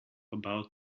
about